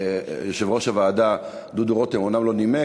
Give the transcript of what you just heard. שיושב-ראש הוועדה דודו רותם אומנם לא נימק,